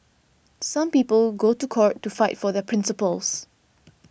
some people go to court to fight for their principles